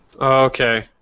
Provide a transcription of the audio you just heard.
Okay